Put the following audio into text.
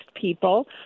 people